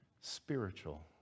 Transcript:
spiritual